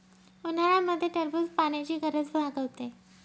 उन्हाळ्यामध्ये टरबूज पाण्याची गरज भागवते